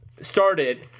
started